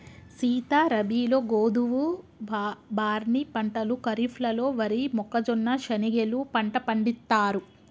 సీత రబీలో గోధువు, బార్నీ పంటలు ఖరిఫ్లలో వరి, మొక్కజొన్న, శనిగెలు పంట పండిత్తారు